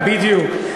בדיוק.